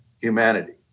humanity